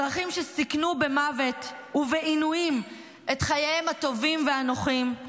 אזרחים שסיכנו במוות ובעינויים את חייהם הטובים והנוחים,